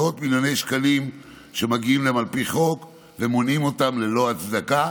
מאות מיליוני שקלים שמגיעים להם על פי חוק ומונעים אותם ללא הצדקה,